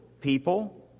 people